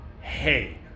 hey